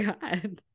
god